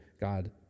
God